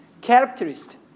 characteristics